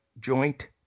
joint